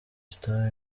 star